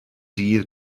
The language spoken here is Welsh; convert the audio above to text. dydd